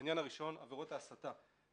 העניין הראשון עבירות ההסתה.